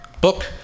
book